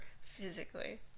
physically